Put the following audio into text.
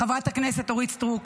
חברת הכנסת אורית סטרוק,